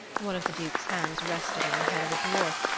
one of the duke's hands rested on the head of a dwarf,